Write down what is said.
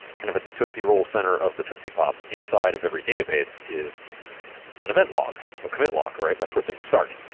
kind of at the tootsie roll center of the tootsie pop, inside of every database is an event log, a commit log, right? that's where things start.